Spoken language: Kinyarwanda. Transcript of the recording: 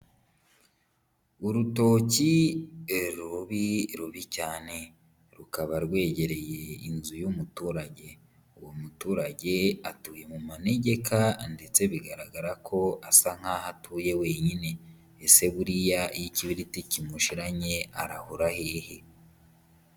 Urutoki rubi rubi cyane, rukaba rwegereye inzu y'umuturage, uwo muturage atuye mu manegeka ndetse bigaragara ko asa nkaho atuye wenyine, ese buriya iyo ikibiriti kimushiranye arahura hehe.